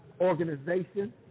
organization